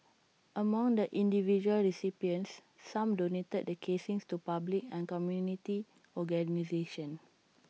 among the individual recipients some donated the casings to public and community organisations